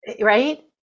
Right